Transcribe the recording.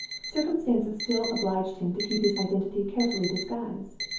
circumstances still obliged him to keep his identity carefully disguised,